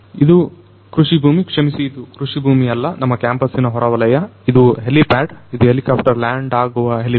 ಇದು ಕೃಷಿ ಭೂಮಿ ಕ್ಷಮಿಸಿ ಇದು ಕೃಷಿ ಭೂಮಿ ಅಲ್ಲ ನಮ್ಮ ಕ್ಯಾಂಪಸ್ಸಿನ ಹೊರವಲಯ ಇದು ಹೆಲಿಪ್ಯಾಡ್ ಇದು ಹೆಲಿಕಾಪ್ಟರ್ ಲ್ಯಾಂಡ್ ಆಗುವ ಹೆಲಿಪ್ಯಾಡ್